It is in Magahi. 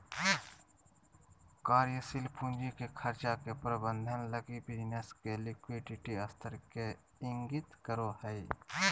कार्यशील पूंजी के खर्चा के प्रबंधन लगी बिज़नेस के लिक्विडिटी स्तर के इंगित करो हइ